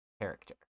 Character